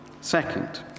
Second